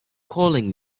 calling